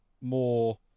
more